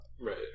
Right